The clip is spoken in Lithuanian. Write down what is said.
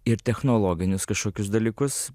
ir technologinius kažkokius dalykus